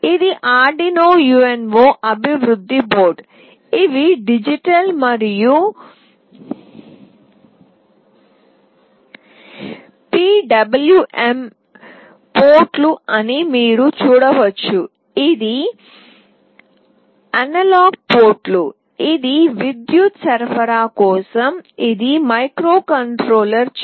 ఇది Arduino UNO అభివృద్ధి board ఇవి డిజిటల్ మరియు పి డబ్ల్యు ఎం పోర్టులు అని మీరు చూడవచ్చు ఇది అనలాగ్ పోర్టులు ఇది విద్యుత్ సరఫరా కోసం ఇది మైక్రోకంట్రోలర్ చిప్